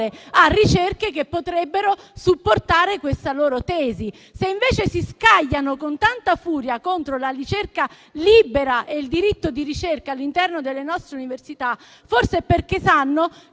a ricerche che potrebbero supportare questa loro tesi. Se invece si scagliano con tanta furia contro la ricerca libera e il diritto di ricerca all'interno delle nostre università, forse è perché sanno